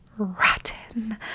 rotten